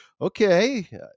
okay